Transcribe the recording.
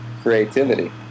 creativity